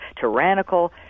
tyrannical